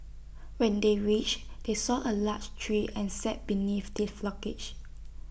when they reached they saw A large tree and sat beneath the foliage